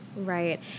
Right